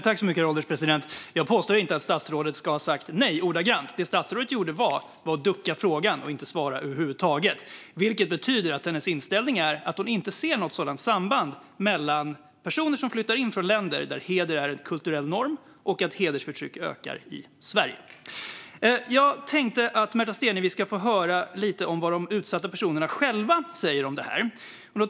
Herr ålderspresident! Jag påstår inte att statsrådet ordagrant ska ha sagt nej. Det statsrådet gjorde var att ducka för frågan och inte svara över huvud taget, vilket betyder att hennes inställning är att hon inte ser något sådant samband mellan personer som flyttar in från länder där heder är en kulturell norm och att hedersförtryck ökar i Sverige. Jag tänker att Märta Stenevi ska få höra lite om vad de utsatta personerna själva säger om det här.